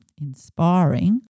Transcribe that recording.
inspiring